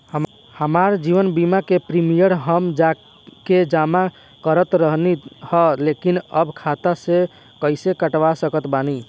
हमार जीवन बीमा के प्रीमीयम हम जा के जमा करत रहनी ह लेकिन अब खाता से कइसे कटवा सकत बानी?